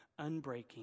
unbreaking